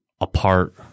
apart